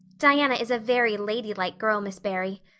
diana is a very ladylike girl, miss barry.